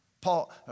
Paul